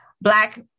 black